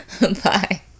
Bye